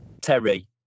Terry